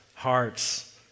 hearts